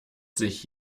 sich